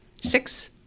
six